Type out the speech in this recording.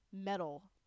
metal